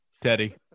teddy